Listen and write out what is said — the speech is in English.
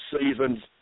seasons